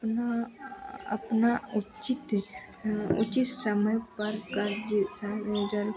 अपना अपना उचित उचित समय कर्ज़ सहयोजन